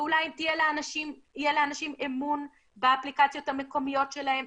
ואולי אם יהיה לאנשים אמון באפליקציות המקומיות שלהם,